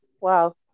Wow